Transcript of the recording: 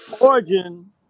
origin